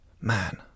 man